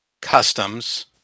customs